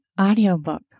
audiobook